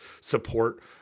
support